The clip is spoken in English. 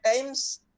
times